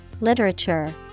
literature